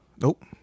Nope